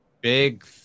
big –